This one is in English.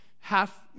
half